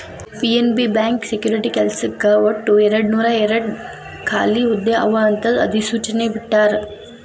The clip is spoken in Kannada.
ಪಿ.ಎನ್.ಬಿ ಬ್ಯಾಂಕ್ ಸೆಕ್ಯುರಿಟಿ ಕೆಲ್ಸಕ್ಕ ಒಟ್ಟು ಎರಡನೂರಾಯೇರಡ್ ಖಾಲಿ ಹುದ್ದೆ ಅವ ಅಂತ ಅಧಿಸೂಚನೆ ಬಿಟ್ಟಾರ